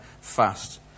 fast